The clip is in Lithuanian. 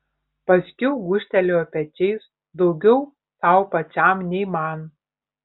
paskiau gūžtelėjo pečiais daugiau sau pačiam nei man